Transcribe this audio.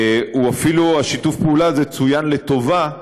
אפילו שיתוף הפעולה הזה צוין לטובה בדוח,